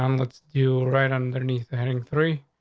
um let's do you right underneath the heading. three.